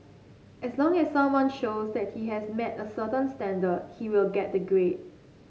as long as someone shows that he has met a certain standard he will get the grade